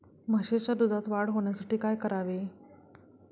म्हशीच्या दुधात वाढ होण्यासाठी काय करावे?